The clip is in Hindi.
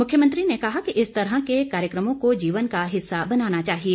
मुख्यमंत्री ने कहा कि इस तरह के कार्यक्रमों को जीवन का हिस्सा बनाना चाहिए